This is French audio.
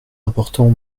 important